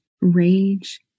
rage